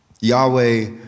Yahweh